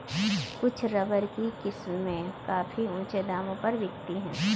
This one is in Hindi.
कुछ रबर की किस्में काफी ऊँचे दामों पर बिकती है